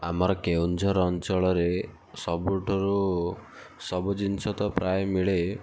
ଆମର କେଉଁଝର ଅଞ୍ଚଳରେ ସବୁଠାରୁ ସବୁ ଜିନିଷ ତ ପ୍ରାୟ ମିଳେ